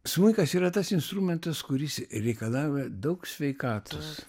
smuikas yra tas instrumentas kuris reikalauja daug sveikatos